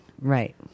Right